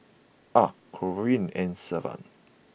Ah Corrine and Sylvan